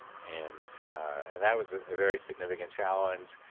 and and that was a very significant challenge.